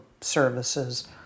services